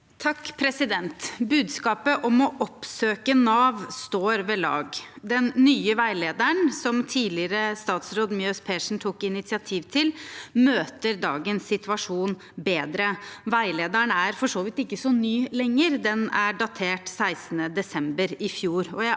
(A) Budskapet om å oppsø- ke Nav står ved lag. Den nye veilederen, som tidligere statsråd Mjøs Persen tok initiativ til, møter dagens situasjon bedre. Veilederen er for så vidt ikke så ny lenger, den er datert 16. desember i fjor.